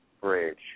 Bridge